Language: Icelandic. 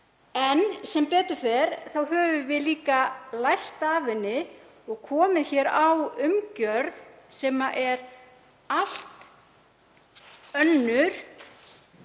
En sem betur fer höfum við líka lært af henni og komið hér á umgjörð sem er allt önnur,